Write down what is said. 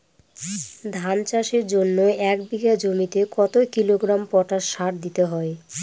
ধান চাষের জন্য এক বিঘা জমিতে কতো কিলোগ্রাম পটাশ সার দিতে হয়?